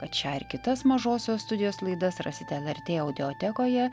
kad šią ir kitas mažosios studijos laidas rasite lrtaudiotekoje